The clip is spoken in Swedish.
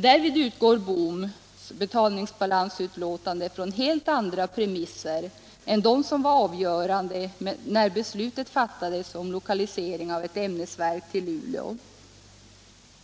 Därvid utgår Bohms betalningsbalansutlåtande från helt andra premisser än dem som var avgörande när beslutet fattades om lokalisering av ett ämnesverk till Luleå.